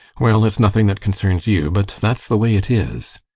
well, it's nothing that concerns you, but that's the way it is.